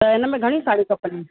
त हिन में घणी साड़ियूं खपनि